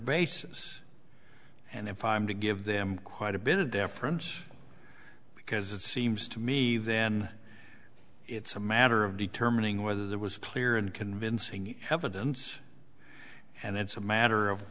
basis and if i'm to give them quite a bit of deference because it seems to me then it's a matter of determining whether there was a clear and convincing evidence and it's a matter of